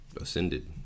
ascended